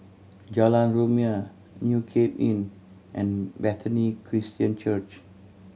Jalan Rumia New Cape Inn and Bethany Christian Church